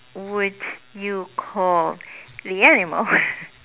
would you call the animal